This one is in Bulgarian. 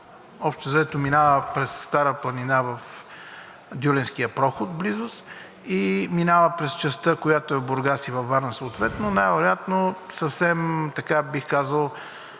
общо взето минава през Стара планина в Дюлинския проход в близост и минава през частта, която е в Бургас, и във Варна, съответно най-вероятно съвсем така, бих казал,